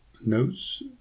notes